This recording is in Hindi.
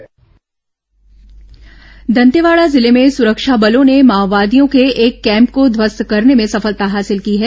माओवादी कैम्प ध्वस्त दंतेवाड़ा जिले में सुरक्षा बलों ने माओवादियों के एक कैम्प को ध्वस्त करने में सफलता हासिल की है